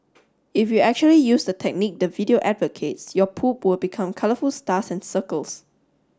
if you actually use the technique the video advocates your poop will become colorful stars and circles